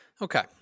Okay